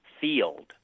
field